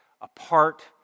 apart